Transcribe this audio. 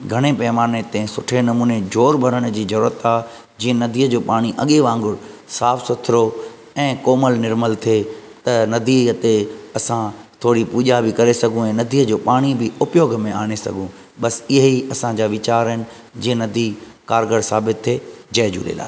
घणे पैमाने ते सुठे नमूने ज़ोर भरण जी ज़रूरत आ्हे जीअं नदीअ जो पाणी अॻे वांगुरु साफ़ु सुथिरो ऐं कोमल निर्मल थिए त नदीअ ते असां थोरी पूॼा बि करे सघूं ऐं नदीअ जो पाणी बि उपयोग में आणे सघूं बसि इहे ई असांजा वीचारु आहिनि जीअं नदी कारगरु साबित थिए जय झूलेलाल